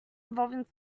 involving